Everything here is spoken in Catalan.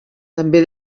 també